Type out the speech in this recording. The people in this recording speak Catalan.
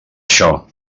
això